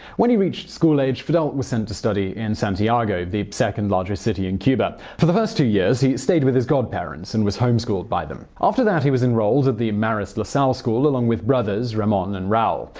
when he reached school age, fidel was sent to study in santiago, the second largest city in cuba. for the first two years he stayed with his godparents and as homeschooled by them. after that he was enrolled at the marist la salle school along with brothers ramon and raul.